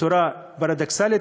בצורה פרדוקסלית,